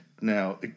Now